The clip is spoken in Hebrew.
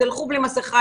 כשתלכו בלי מסכה,